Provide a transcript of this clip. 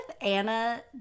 Anna